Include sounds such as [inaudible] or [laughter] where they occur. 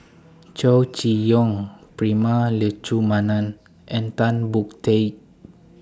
[noise] Chow Chee Yong Prema Letchumanan and Tan Boon Teik [noise]